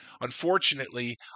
unfortunately